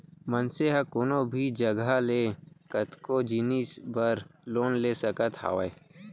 मनसे ह कोनो भी जघा ले कतको जिनिस बर लोन ले सकत हावय